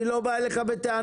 אני לא בא אליך בטענות.